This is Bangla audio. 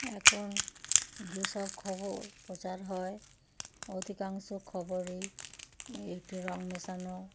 এখন যেসব খবর প্রচার হয় অধিকাংশ খবরেই একটিু রঙ মেশানো